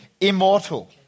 immortal